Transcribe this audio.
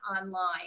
online